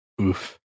Oof